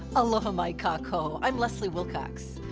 aloha mai kakou. i'm leslie wilcox.